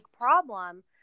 problem